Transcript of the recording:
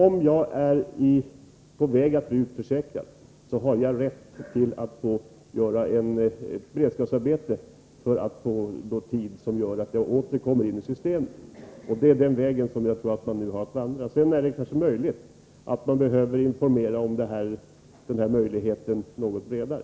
Om jag är på väg att bli utförsäkrad, har jag rätt att få ett beredskapsarbete, vilket ger mig tid så att jag åter kommer in i systemet. Jag tror att det är den vägen man nu har att vandra. Det är möjligt att man behöver informera om denna möjlighet ytterligare.